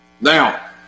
Now